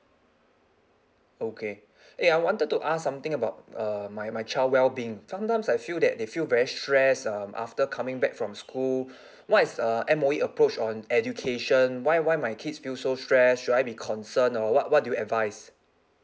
okay eh I wanted to ask something about uh my my child wellbeing sometimes I feel that they feel very stressed um after coming back from school what is uh M_O_E approach on education why why my kids feel so stressed should I be concerned or what what do you advise